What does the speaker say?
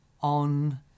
on